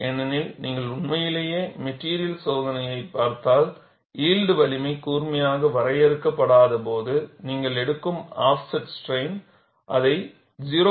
ஏனெனில் நீங்கள் உண்மையிலேயே மெட்டிரியல் சோதனையைப் பார்த்தால் யில்ட் வலிமை கூர்மையாக வரையறுக்கப்படாதபோது நீங்கள் எடுக்கும் ஆஃப்செட் ஸ்ட்ரைன் அதை 0